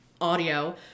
audio